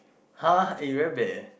[huh] eh you very bad leh